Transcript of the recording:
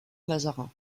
mazarin